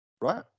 Right